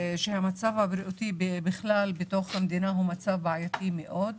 שהמצב הבריאותי בכלל במדינה הוא מצב בעייתי מאוד,